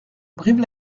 brive